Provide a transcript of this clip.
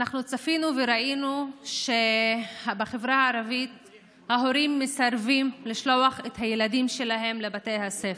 צפינו וראינו שבחברה הערבית מסרבים לשלוח את הילדים שלהם לבתי הספר,